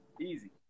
Easy